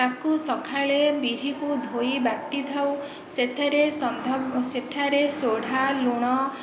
ତାକୁ ସକାଳେ ବିରିକୁ ଧୋଇ ବାଟିଥାଉ ସେଥିରେ ସେଠାରେ ସୋଢା ଲୁଣ